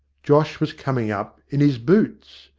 josh was coming up in his boots!